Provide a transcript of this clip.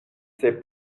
ces